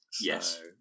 Yes